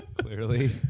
Clearly